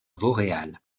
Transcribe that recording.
vauréal